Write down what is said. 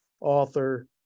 author